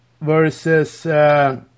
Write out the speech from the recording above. versus